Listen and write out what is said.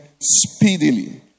speedily